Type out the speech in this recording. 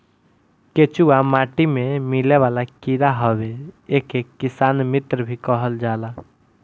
केचुआ माटी में मिलेवाला कीड़ा हवे एके किसान मित्र भी कहल जाला